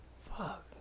Fuck